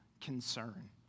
concern